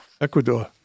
Ecuador